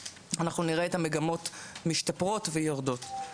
אנחנו נראה את המגמות משתפרות ויורדות.